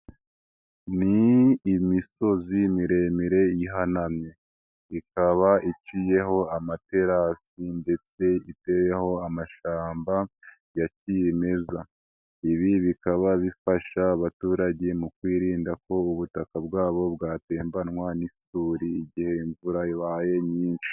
Ni imisozi miremire ihanamye, ikaba iciyeho amaterasi ndetse iteraho amashamba ya kimeza. Ibi bikaba bifasha abaturage mu kwirinda ko ubu butaka bwabo bwatembanwa n'isuri igihe imvura ibaye nyinshi.